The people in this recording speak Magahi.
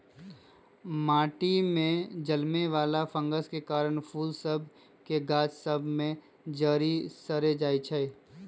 माटि में जलमे वला फंगस के कारन फूल सभ के गाछ सभ में जरी सरे लगइ छै